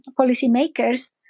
policymakers